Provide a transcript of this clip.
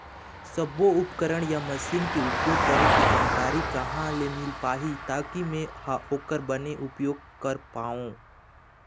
सब्बो उपकरण या मशीन के उपयोग करें के जानकारी कहा ले मील पाही ताकि मे हा ओकर बने उपयोग कर पाओ?